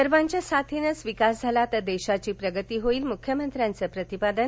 सर्वांच्या साथीनेच विकास झाला तर देशाची प्रगती होईल मुख्यमंत्र्यांच प्रतिपादन